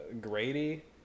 Grady